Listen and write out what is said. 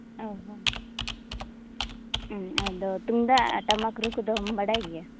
ᱚ ᱦᱚ ᱦᱩᱸ ᱟᱫᱚ ᱛᱩᱢᱫᱟᱜ ᱴᱟᱢᱟᱠ ᱨᱩ ᱠᱚᱫᱚᱢ ᱵᱟᱰᱟᱭ ᱜᱮᱭᱟ